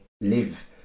live